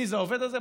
מי זה העובד הזה?